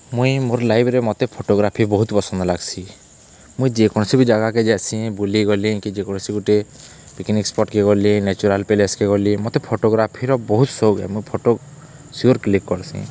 ମୁଇଁ ମୋର ଲାଇଫ୍ରେ ମତେ ଫଟୋଗ୍ରାଫି ବହୁତ୍ ପସନ୍ଦ୍ ଲାଗ୍ସି ମୁଇଁ ଯେକୌଣସି ବି ଜାଗାକେ ଯ ଆଏସି ବୁଲି ଗଲି କି ଯେକୌଣସି ଗୁଟେ ପିକ୍ନିକ୍ ସ୍ପଟ୍କେ ଗଲି ନେଚୁରାଲ୍ ପ୍ଲେସ୍କେ ଗଲି ମତେ ଫଟୋଗ୍ରାଫିର ବହୁତ୍ ସଉକ୍ ଏ ମୁଇଁ ଫଟୋ ସିଓର୍ କ୍ଲିକ୍ କର୍ସିଁ